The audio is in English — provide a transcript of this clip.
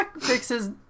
fixes